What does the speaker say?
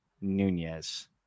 Nunez